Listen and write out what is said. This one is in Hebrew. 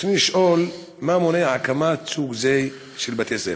ברצוני לשאול: מה מונע הקמת סוג זה של בתי ספר?